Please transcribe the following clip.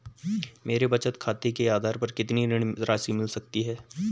मुझे मेरे बचत खाते के आधार पर कितनी ऋण राशि मिल सकती है?